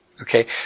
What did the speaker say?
Okay